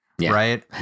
Right